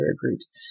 groups